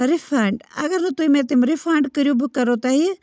refund اَگر نہٕ تُہۍ مےٚ تِم رِفَنڈ کٔرِو بہٕ کَرو تۄہہِ